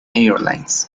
airlines